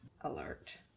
alert